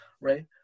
Right